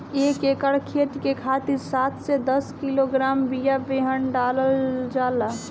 एक एकर खेत के खातिर सात से दस किलोग्राम बिया बेहन डालल जाला?